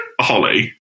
Holly